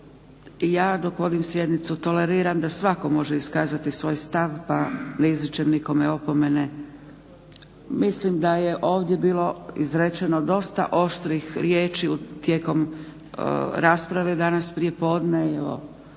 Ja dok vodim sjednicu toleriram da svatko može iskazati svoj stav pa ne izričem nikome opomene, mislim da je ovdje bilo izrečeno dosta oštrih riječi tijekom rasprave danas prije podne i